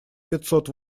пятьсот